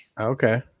Okay